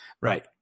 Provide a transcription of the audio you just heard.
Right